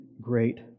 great